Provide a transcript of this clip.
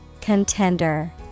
Contender